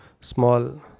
small